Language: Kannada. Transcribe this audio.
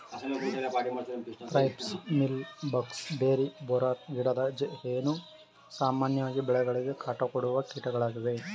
thrips, mealy bugs, berry borer, ಗಿಡದ ಹೇನು, ಸಾಮಾನ್ಯವಾಗಿ ಬೆಳೆಗಳಿಗೆ ಕಾಟ ಕೊಡುವ ಕೀಟಗಳಾಗಿವೆ